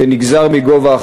כנגזר מגובה הכנסתם,